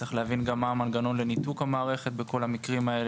צריך להבין מה המנגנון לניתוק המערכת בכל המקרים האלו,